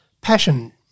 passion